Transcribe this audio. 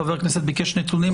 חבר הכנסת ביקש נתונים,